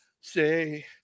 Say